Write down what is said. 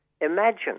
Imagine